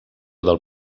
del